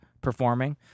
performing